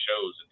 shows